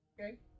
Okay